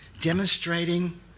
demonstrating